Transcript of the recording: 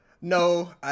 No